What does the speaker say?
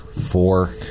Four